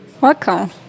Welcome